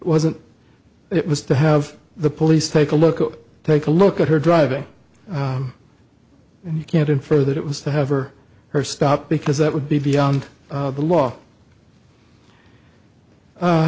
wasn't it was to have the police take a look take a look at her driving and you can't infer that it was to have or her stop because that would be beyond the law